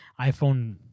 iPhone